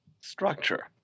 structure